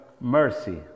mercy